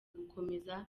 gukomeza